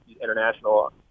international